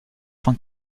von